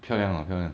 漂亮啦漂亮